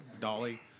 dolly